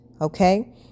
Okay